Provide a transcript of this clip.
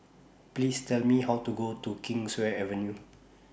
Please Tell Me How to Go to Kingswear Avenue